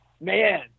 man